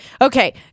Okay